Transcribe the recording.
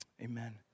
amen